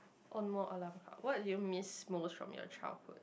what do you miss most from your childhood